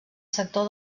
sector